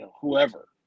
whoever